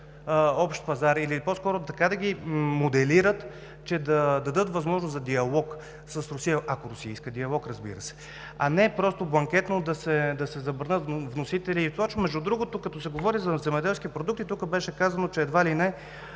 общ пазар, или по-скоро така да ги моделират, че да дадат възможност за диалог с Русия, ако Русия иска диалог, разбира се, а не просто бланкетно да се забранят вносители и прочее. Между другото, като се говори за земеделски продукти, тук беше казано, че едва ли не